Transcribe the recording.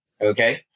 okay